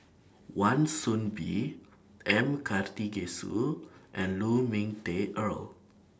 Wan Soon Bee M Karthigesu and Lu Ming Teh Earl